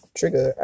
Trigger